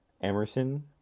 Emerson